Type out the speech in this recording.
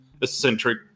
eccentric